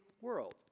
world